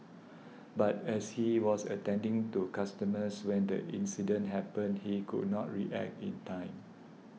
but as he was attending to customers when the incident happened he could not react in time